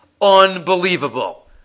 unbelievable